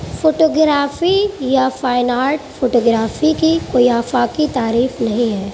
photography یا fine art photography کی کوئی آفاقی تعریف نہیں ہے